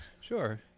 Sure